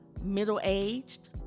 middle-aged